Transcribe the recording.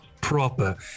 proper